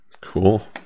cool